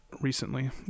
recently